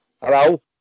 Hello